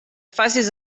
facis